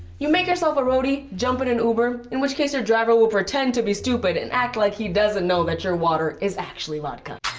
you make yourself a roadie, jump in an uber. in which case your driver will pretend to be stupid and act like he doesn't know that your water is actually vodka.